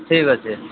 ଠିକ୍ ଅଛି